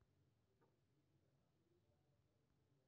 एकरा सेलेक्ट करै के बाद अहां डेबिट कार्ड कें इनेबल अथवा डिसेबल कए सकै छी